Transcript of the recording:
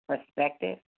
perspective